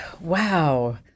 wow